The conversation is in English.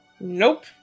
Nope